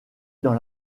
dans